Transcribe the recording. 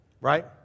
right